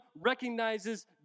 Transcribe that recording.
recognizes